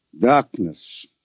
Darkness